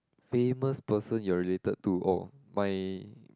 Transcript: famous person you related to oh my